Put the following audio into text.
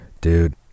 dude